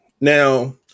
Now